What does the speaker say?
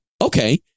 okay